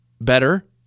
better